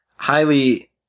Highly